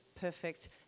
perfect